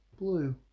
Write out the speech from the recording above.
Blue